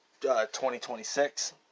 2026